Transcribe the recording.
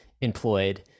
employed